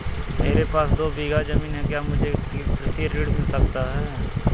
मेरे पास दो बीघा ज़मीन है क्या मुझे कृषि ऋण मिल सकता है?